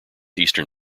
eastern